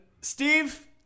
Steve